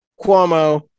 Cuomo